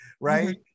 right